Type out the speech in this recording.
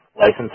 license